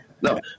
No